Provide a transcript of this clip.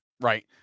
right